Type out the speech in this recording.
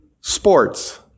sports